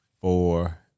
four